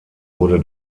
wurde